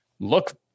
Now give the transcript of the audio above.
Look